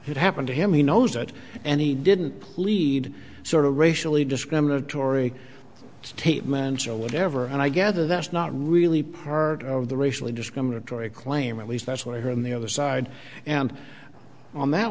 that happened to him he knows that and he didn't plead sort of racially discriminatory statements or whatever and i gather that's not really part of the racially discriminatory claim at least that's what i heard on the other side and on that